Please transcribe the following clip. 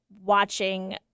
watching